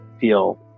feel